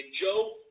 Joe